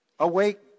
Awake